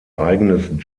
eigenes